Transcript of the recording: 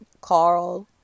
Carl